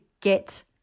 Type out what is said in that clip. get